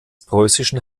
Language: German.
preußischen